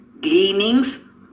gleanings